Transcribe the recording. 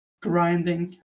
grinding